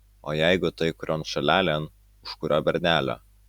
o jeigu tai kurion šalelėn už kurio bernelio